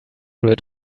rid